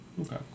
Okay